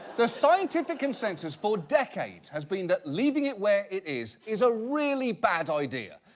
the scientific consensus for decades has been that leaving it where it is is a really bad idea.